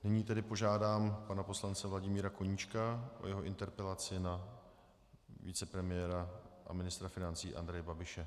Nyní tedy požádám pana poslance Vladimíra Koníčka o jeho interpelaci na vicepremiéra a ministra financí Andreje Babiše.